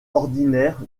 ordinaires